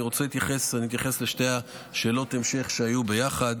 אני אתייחס לשתי שאלות ההמשך שהיו יחד.